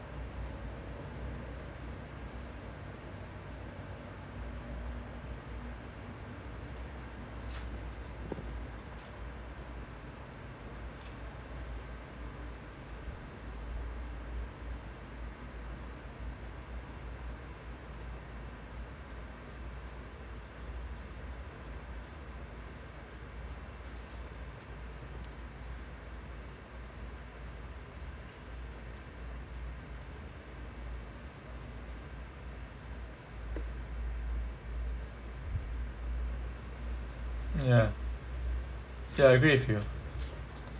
ya ya I agree with you